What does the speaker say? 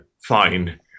fine